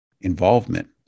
involvement